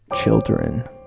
children